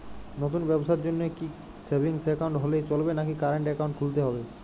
নতুন ব্যবসার জন্যে কি সেভিংস একাউন্ট হলে চলবে নাকি কারেন্ট একাউন্ট খুলতে হবে?